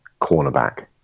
cornerback